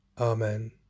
Amen